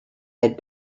had